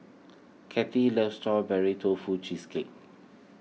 Kattie loves Strawberry Tofu Cheesecake